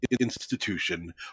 institution